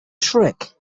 trick